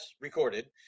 recorded